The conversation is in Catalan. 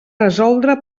resoldre